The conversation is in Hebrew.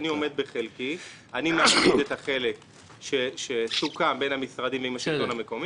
אני מעביר את החלק שסוכם בין המשרדים עם השלטון המקומי.